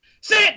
Sit